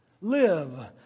live